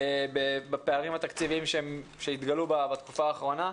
בפערים התקציביים שהתגלו בתקופה האחרונה.